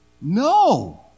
No